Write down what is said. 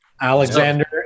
Alexander